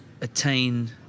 attain